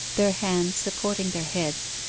their hands supporting their heads,